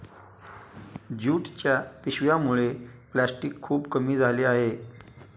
ज्यूटच्या पिशव्यांमुळे प्लॅस्टिक खूप कमी झाले आहे